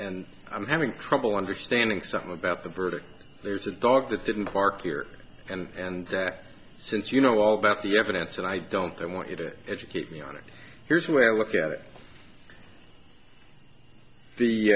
and i'm having trouble understanding something about the verdict there's a dog that didn't quark here and since you know all about the evidence and i don't want you to educate me on it here's where i look at the